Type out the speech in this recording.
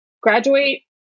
graduate